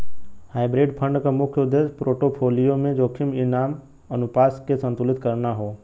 hybrid fund क मुख्य उद्देश्य पोर्टफोलियो में जोखिम इनाम अनुपात के संतुलित करना हौ